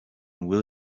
will